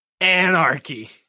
anarchy